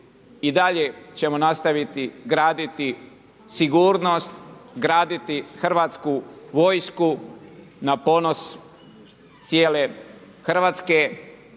i dalje ćemo nastaviti graditi sigurnost, graditi hrvatsku vojsku na ponos cijele Hrvatske